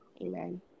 Amen